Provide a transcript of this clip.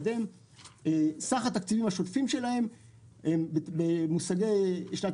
סך התקציבים השוטפים שלהם במושגי שנת